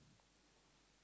<S<